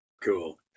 Cool